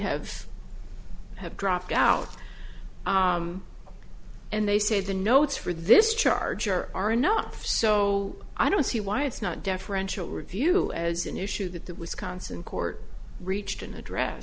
have had dropped out and they say the notes for this charger are enough so i don't see why it's not deferential review as an issue that the wisconsin court reached an address